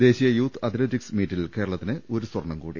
ദേശീയ youth athletics മീറ്റിൽ കേരളത്തിന് ഒരു സ്വർണംകൂ ടി